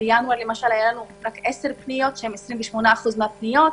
בינואר היו לנו רק 10 פניות, שהם 28% מהפניות.